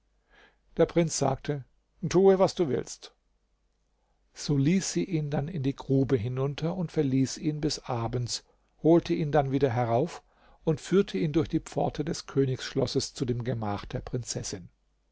der prinz sagte tu was du willst so ließ sie ihn dann in die grube hinunter und verließ ihn bis abends holte ihn dann wieder herauf und führte ihn durch die pforte des königsschlosses zu dem gemach der prinzessin